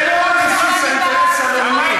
ולא על בסיס האינטרס הלאומי,